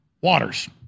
Waters